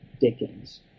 Dickens